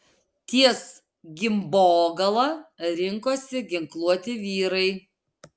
ties gimbogala rinkosi ginkluoti vyrai